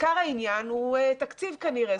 עיקר העניין הוא תקציב כנראה.